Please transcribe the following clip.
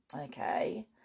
okay